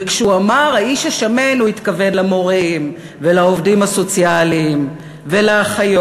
וכשהוא אמר האיש השמן הוא התכוון למורים ולעובדים הסוציאליים ולאחיות.